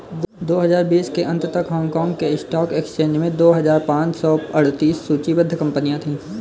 दो हजार बीस के अंत तक हांगकांग के स्टॉक एक्सचेंज में दो हजार पाँच सौ अड़तीस सूचीबद्ध कंपनियां थीं